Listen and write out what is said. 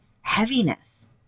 heaviness